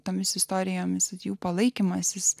tomis istorijomis tad jų palaikymas jis